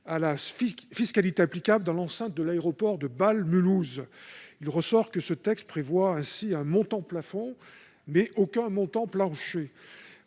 à la fiscalité applicable dans l'enceinte de l'aéroport de Bâle-Mulhouse. Ce texte prévoit un montant plafond, mais aucun montant plancher,